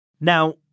Now